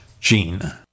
gene